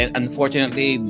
unfortunately